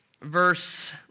verse